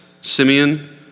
Simeon